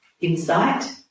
insight